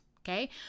Okay